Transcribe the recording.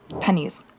pennies